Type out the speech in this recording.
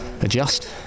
adjust